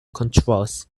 controls